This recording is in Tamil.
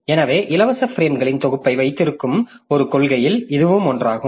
எனவே இலவச பிரேம்களின் தொகுப்பை வைத்திருக்கும் ஒரு கொள்கையில் இதுவும் ஒன்றாகும்